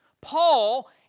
Paul